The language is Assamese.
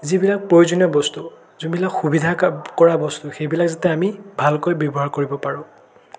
যিবিলাক প্ৰয়োজনীয় বস্তু যোনবিলাক সুবিধা কা কৰা বস্তু সেইবিলাক যাতে আমি ভালকৈ ব্য়ৱহাৰ কৰিব পাৰোঁ